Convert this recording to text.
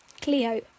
Cleo